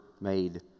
made